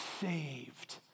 saved